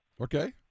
Okay